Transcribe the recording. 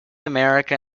america